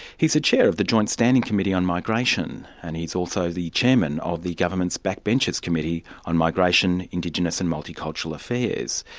he's the chair of the joint standing committee on migration, and he's also the chairman of the government's backbencher's committee on migration, indigenous and multicultural affairs.